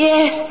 Yes